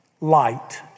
light